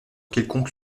quelconque